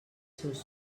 seus